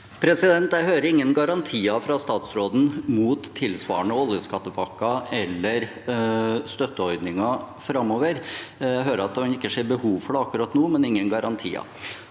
Jeg hører ingen garantier fra statsråden mot tilsvarende oljeskattepakker eller støtteordninger framover. Jeg hører at han ikke ser behov for det akkurat nå, men ingen garantier.